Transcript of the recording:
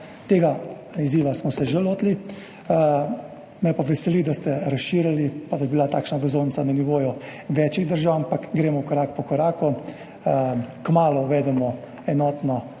tega izziva smo se že lotili. Me pa veseli, da ste razširili pa da bi bila takšna vozovnica na nivoju več držav, ampak gremo korak za korakom. Kmalu uvedemo enotno